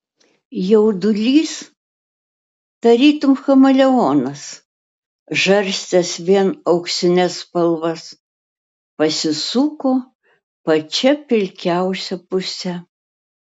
jaudulys tarytum chameleonas žarstęs vien auksines spalvas pasisuko pačia pilkiausia puse